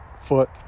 foot